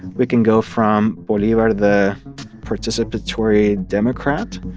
we can go from bolivar the participatory democrat